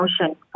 motion